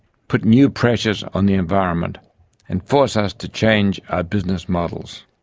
put new pressures on the environment and force us to change our business models.